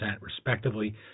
respectively